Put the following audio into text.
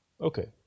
Okay